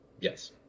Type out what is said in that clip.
Yes